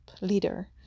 leader